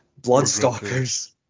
Bloodstalkers